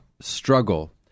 struggle